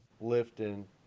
lifting